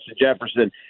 Jefferson